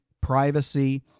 privacy